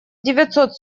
девятьсот